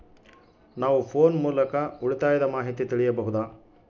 ನಾವು ಫೋನ್ ಮೂಲಕ ಉಳಿತಾಯದ ಮಾಹಿತಿ ತಿಳಿಯಬಹುದಾ?